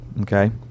Okay